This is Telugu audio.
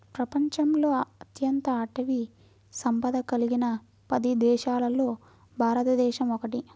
ప్రపంచంలో అత్యంత అటవీ సంపద కలిగిన పది దేశాలలో భారతదేశం ఒకటి